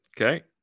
Okay